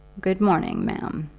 good-morning, ma'am,